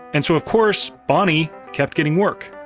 and so of course, bonnie kept getting work.